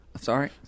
Sorry